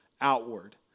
outward